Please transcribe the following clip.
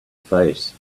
face